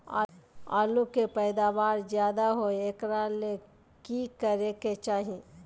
आलु के पैदावार ज्यादा होय एकरा ले की करे के चाही?